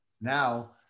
Now